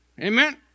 Amen